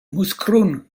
moeskroen